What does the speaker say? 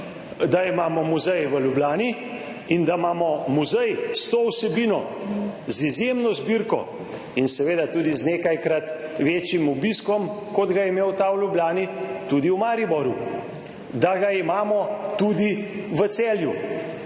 da imamo muzej v Ljubljani in da imamo muzej s to vsebino, z izjemno zbirko in seveda tudi z nekajkrat večjim obiskom, kot ga je imel ta v Ljubljani, tudi v Mariboru, da ga imamo tudi v Celju.